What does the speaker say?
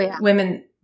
women